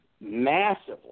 massively